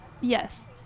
Yes